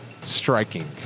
striking